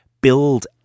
Build